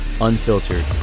unfiltered